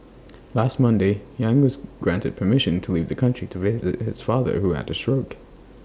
last Monday yang was granted permission to leave the country to visit his father who had A stroke